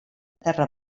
terra